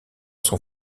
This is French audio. son